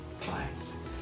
clients